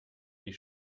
die